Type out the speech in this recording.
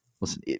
listen